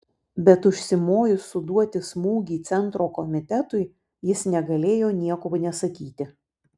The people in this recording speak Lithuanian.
bet užsimojus suduoti smūgį centro komitetui jis negalėjo nieko nesakyti